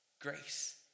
Grace